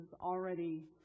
already